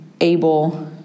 able